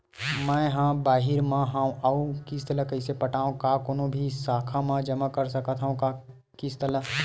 मैं हा बाहिर मा हाव आऊ किस्त ला कइसे पटावव, का कोनो भी शाखा मा जमा कर सकथव का किस्त ला?